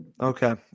Okay